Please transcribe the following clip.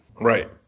Right